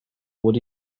what